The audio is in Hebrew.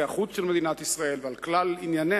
החוץ של מדינת ישראל ועל כל ענייניה.